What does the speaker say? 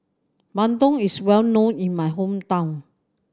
bandung is well known in my hometown